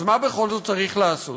אז מה בכל זאת צריך לעשות?